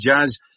jazz